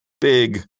big